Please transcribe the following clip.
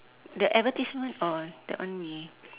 the advertisement oh that one we